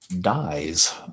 Dies